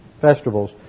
festivals